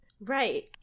Right